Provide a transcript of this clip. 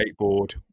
skateboard